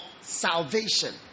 salvation